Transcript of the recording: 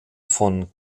von